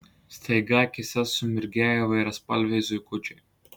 staiga akyse sumirgėjo įvairiaspalviai zuikučiai